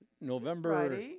November